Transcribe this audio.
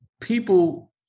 people